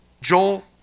Joel